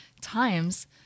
times